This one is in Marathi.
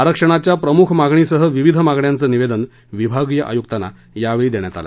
आरक्षणाच्या प्रमुख मागणीसह विविध मागण्यांचं निवेदन विभागीय आयुक्तांना देण्यात आलं